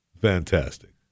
fantastic